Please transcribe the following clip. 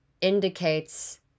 indicates